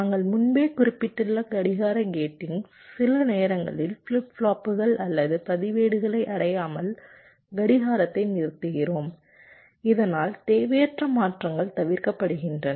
நாங்கள் முன்பே குறிப்பிட்டுள்ள கடிகார கேட்டிங் சில நேரங்களில் ஃபிளிப் ஃப்ளாப்புகள் அல்லது பதிவேடுகளை அடையாமல் கடிகாரத்தை நிறுத்துகிறோம் இதனால் தேவையற்ற மாற்றங்கள் தவிர்க்கப்படுகின்றன